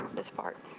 this part